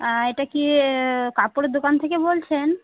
এটা কি কাপড়ের দোকান থেকে বলছেন